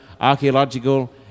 archaeological